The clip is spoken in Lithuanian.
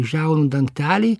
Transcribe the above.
žiaunų dangteliai